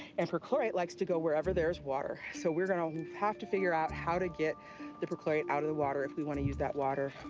and perchlorate likes to go wherever there's water. so we're going to have to figure out how to get the perchlorate out of the water if we want to use that water.